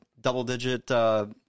double-digit